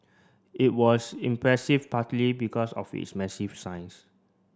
it was impressive partly because of its massive size